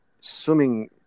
swimming